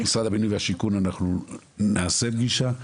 עם משרד הבינוי והשיכון אנחנו נעשה פגישה,